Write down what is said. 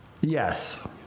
Yes